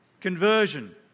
Conversion